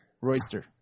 Royster